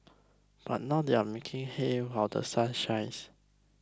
but now they are making hay while The Sun shines